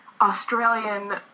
Australian